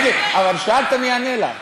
תני לי, שאלת, אני אענה לך.